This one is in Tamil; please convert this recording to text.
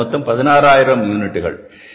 எனவே அது மொத்தம் 16000 யூனிட்டுகள்